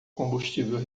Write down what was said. combustível